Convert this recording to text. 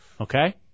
Okay